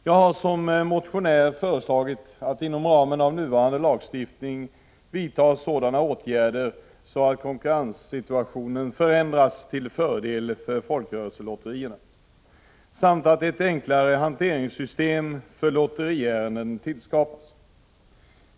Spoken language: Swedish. Jag har som motionär föreslagit att det inom ramen av nuvarande lagstiftning vidtas sådana åtgärder att konkurrenssituationen förändras till fördel för folkrörelselotterierna samt att ett enklare hanteringssystem för lotteriärenden tillskapas.